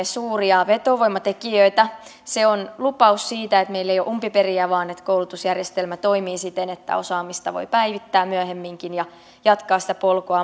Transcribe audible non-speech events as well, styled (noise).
(unintelligible) suuria vetovoimatekijöitä se on lupaus siitä että meillä ei ole umpiperiä vaan koulutusjärjestelmä toimii siten että osaamista voi päivittää myöhemminkin ja jatkaa sitä polkua (unintelligible)